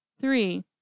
three